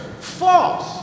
false